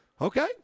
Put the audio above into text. Okay